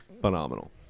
phenomenal